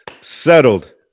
settled